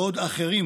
בעוד אחרים,